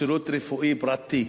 שירות רפואי פרטי.